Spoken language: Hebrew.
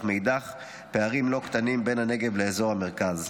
אך מנגד פערים לא קטנים בין הנגב לאזור המרכז.